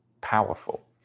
powerful